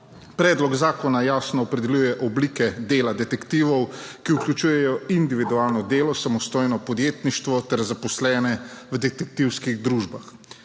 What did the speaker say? Predlog zakona jasno opredeljuje oblike dela detektivov, ki vključujejo individualno delo, samostojno podjetništvo ter zaposlene v detektivskih družbah.